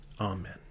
Amen